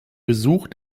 besuch